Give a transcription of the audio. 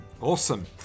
Awesome